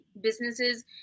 businesses